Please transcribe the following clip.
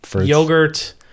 yogurt